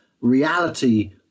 reality